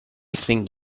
think